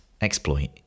exploit